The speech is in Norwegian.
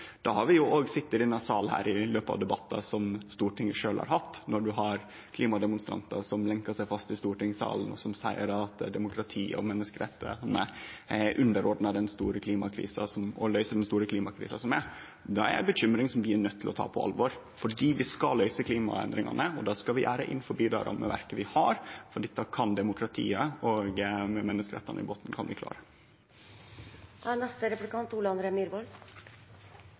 har vi jo òg sett i denne salen i debattar som Stortinget sjølv har hatt, når ein har klimademonstrantar som lenkjar seg fast i stortingssalen, og som seier at demokrati og menneskerettane er underordna det å løyse den store klimakrisa som er. Det er ei bekymring som vi er nøydde til å ta på alvor fordi vi skal løyse klimaendringane, og det skal vi gjere innanfor det rammeverket vi har. Med demokratiet og menneskerettane i botnen kan vi klare